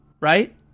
right